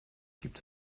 gibt